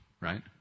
right